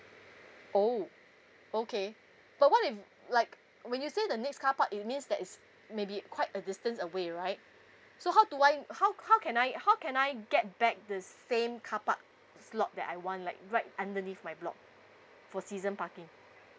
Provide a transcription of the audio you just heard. oh okay but what if like when you say the next car park it means that it's maybe quite a distance away right so how do I how how can I how can I get back the same car park slot that I want like right underneath my block for season parking